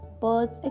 birds